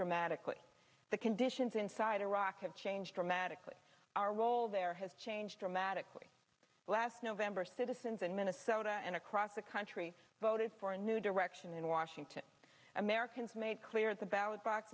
dramatically the conditions inside iraq have changed dramatically our role there has changed dramatically last november citizens in minnesota and across the country voted for a new when in washington americans made clear at the ballot box